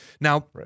Now